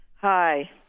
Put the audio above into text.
Hi